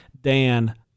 Dan